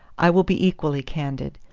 i will be equally candid.